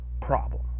problem